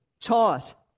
taught